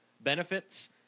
benefits